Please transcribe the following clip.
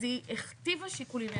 אז היא הכתיבה שיקולים.